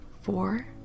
four